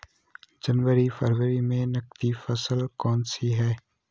जनवरी फरवरी में नकदी फसल कौनसी है?